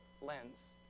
lens